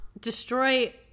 destroy